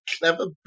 clever